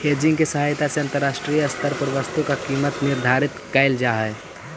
hedging के सहायता से अंतरराष्ट्रीय स्तर पर वस्तु के कीमत निर्धारित कैल जा हई